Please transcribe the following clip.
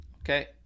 Okay